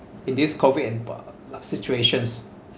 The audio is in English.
in this COVID and ba~ situations